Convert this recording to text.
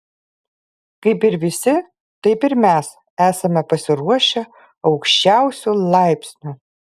kaip ir visi taip ir mes esame pasiruošę aukščiausiu laipsniu